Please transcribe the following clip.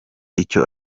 icyo